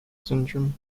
syndrome